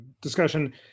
discussion